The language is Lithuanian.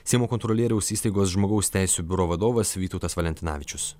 seimo kontrolieriaus įstaigos žmogaus teisių biuro vadovas vytautas valentinavičius